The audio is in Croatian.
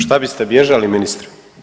Šta biste bježali ministre?